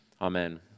Amen